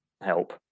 help